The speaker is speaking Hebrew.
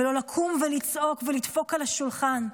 ולא לקום ולצעוק ולדפוק על השולחן?